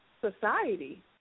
society